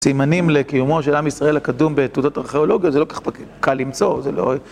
סימנים לקיומו של עם ישראל הקדום בעתודות ארכיאולוגיות זה לא כל כך קל למצוא